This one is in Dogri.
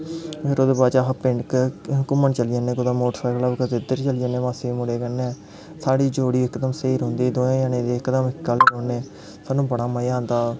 फिर ओह्दे बाद च अस पिंड घूमन चली जन्ने कुदै मोटर सैकल पर कदें उद्धर चली जन्ने मासी दै मुड़ै कन्नै साढ़ी जोड़ी इकदम स्हेई रौंह्दी ते ओह्दे कन्नै इक तां स्हेई रौंह्न्ने सानूं बड़ा मज़ा आंदा